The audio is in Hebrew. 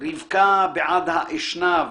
"רבקה בעד האשנב.